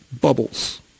bubbles